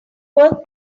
work